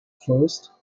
first